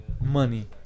money